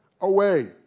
away